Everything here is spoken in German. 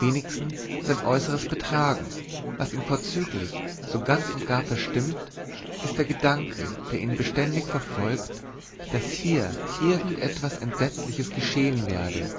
wenigstens sein äußeres betragen was ihn vorzüglich so ganz und gar verstimmt ist der gedanke der ihn beständig verfolgt daß hier irgend etwas entsetzliches geschehen werde